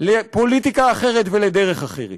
לפוליטיקה אחרת ולדרך אחרת.